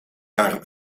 haar